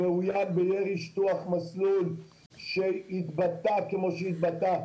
ש- שהתבטא כמו שהתבטא,